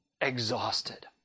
exhausted